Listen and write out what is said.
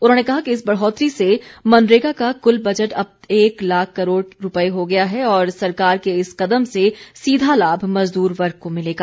उन्होंने कहा कि इस बढ़ौतरी से मनरेगा का कुल बजट अब एक लाख करोड़ रुपये हो गया है और सरकार के इस कदम से सीधा लाभ मजदूर वर्ग को मिलेगा